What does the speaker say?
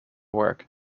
work